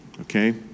okay